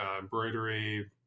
embroidery